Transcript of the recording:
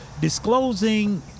disclosing